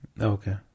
Okay